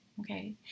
Okay